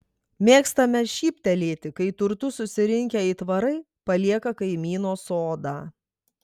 mėgstame šyptelėti kai turtus susirinkę aitvarai palieka kaimyno sodą